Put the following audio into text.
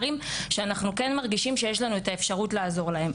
שאנחנו מרגישים שיש לנו אפשרות לעזור להם,